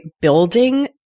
building